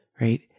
Right